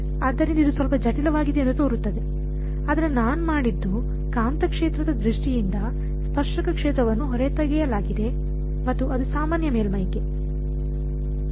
ಆದ್ದರಿಂದ ಇದು ಸ್ವಲ್ಪ ಜಟಿಲವಾಗಿದೆ ಎಂದು ತೋರುತ್ತದೆ ಆದರೆ ನಾನು ಮಾಡಿದ್ದು ಕಾಂತಕ್ಷೇತ್ರದ ದೃಷ್ಟಿಯಿಂದ ಸ್ಪರ್ಶಕ ಕ್ಷೇತ್ರವನ್ನು ಹೊರತೆಗೆಯಲಾಗಿದೆ ಮತ್ತು ಅದು ಸಾಮಾನ್ಯ ಮೇಲ್ಮೈಗೆ